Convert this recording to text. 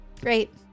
Great